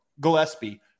Gillespie